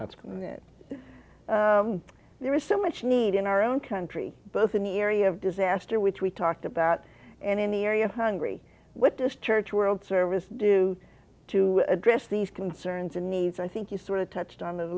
that's committed there is so much need in our own country both in the area of disaster which we talked about and in the area hungry what this church world service do to address these concerns and needs i think you sort of touched on